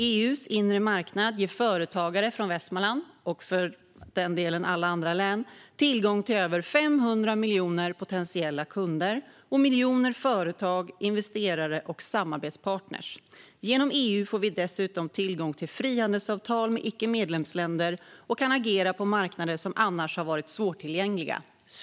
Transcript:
EU:s inre marknad ger företagare från Västmanlands län tillgång till över femhundra miljoner potentiella kunder, och miljoner företag, investerare och samarbetspartners. Genom EU får vi dessutom tillgång till frihandelsavtal med icke medlemsländer, och kan agera på marknader som annars hade varit svårtillgängliga."